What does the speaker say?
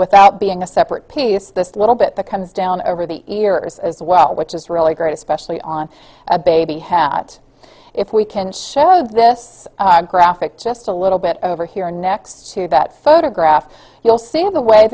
without being a separate piece the little bit the comes down over the ears as well which is really great especially on a baby hat if we can show this graphic just a little bit over here next to that photograph you'll see of the way